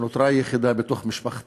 שנותרה יחידה ממשפחתה.